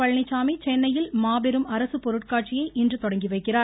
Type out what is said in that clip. பழனிச்சாமி சென்னையில் மாபெரும் அரசு பொருட்காட்சியைஇன்று தொடங்கி வைக்கிறார்